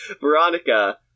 Veronica